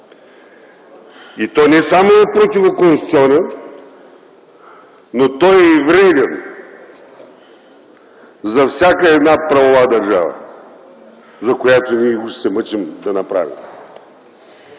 И то не само е противоконституционен, но той е вреден за всяка една правова държава, каквато ние уж се мъчим да направим.